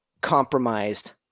compromised